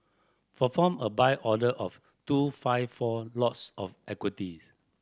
perform a Buy order of two five four lots of equities